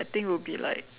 I think will be like